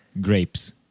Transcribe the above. Grapes